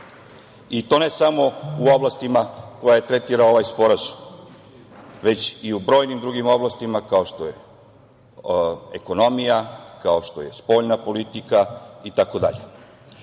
i to ne samo u oblastima koja tretira ovaj sporazum, već i u brojnim drugim oblastima, kao što je ekonomija, kao što je spoljna politika itd.U